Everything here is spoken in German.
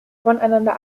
voneinander